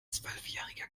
zwölfjähriger